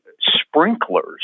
sprinklers